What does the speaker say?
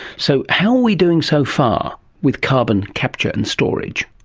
so, how are we doing so far with carbon capture and storage?